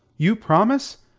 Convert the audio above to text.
you promise?